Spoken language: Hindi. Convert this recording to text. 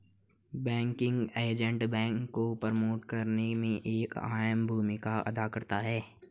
बैंकिंग एजेंट बैंक को प्रमोट करने में एक अहम भूमिका अदा करता है